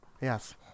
yes